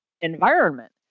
environment